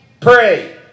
pray